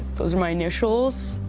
those are my initials.